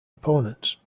opponents